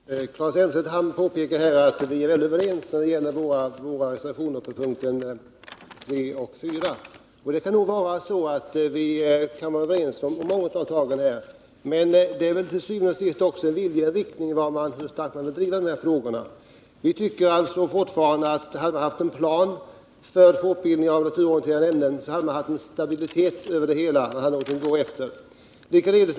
Herr talman! Claes Elmstedt påpekade att vi är överens när det gäller våra reservationer 3 och 4. Ja, nog kan vi vara överens om många av tagen här, men til syvende og sidst är det fråga om en viljeinriktning, en fråga om hur starkt man vill driva på. Vi tycker alltså fortfarande att hade det funnits en plan för fortbildning i naturorienterande ämnen så hade man haft en stabilitet i det hela och haft någonting att gå efter.